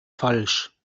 falsch